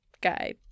guy